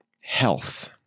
health